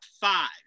five